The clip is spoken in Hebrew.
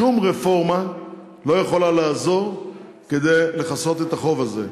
שום רפורמה לא יכולה לעזור כדי לכסות את החוב הזה.